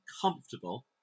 comfortable